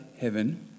heaven